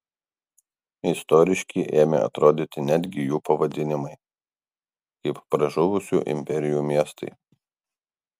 istoriški ėmė atrodyti netgi jų pavadinimai kaip pražuvusių imperijų miestai